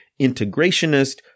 integrationist